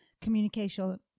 communication